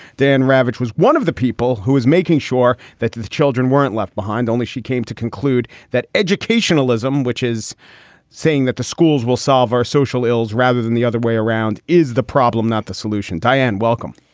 diane ravitch was one of the people who is making sure that children weren't left behind. only she came to conclude that educational ism, which is saying that the schools will solve our social ills rather than the other way around is the problem, not the solution. diane, welcome.